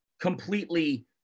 completely